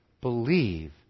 believe